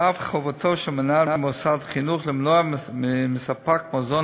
ואף את חובתו של מנהל מוסד חינוך למנוע מספק מזון